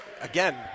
again